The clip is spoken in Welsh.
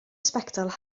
sbectol